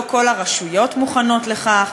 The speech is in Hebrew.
לא כל הרשויות מוכנות לכך.